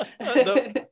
no